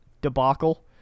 debacle